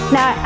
Now